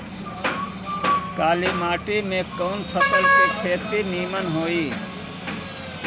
काली माटी में कवन फसल के खेती नीमन होई?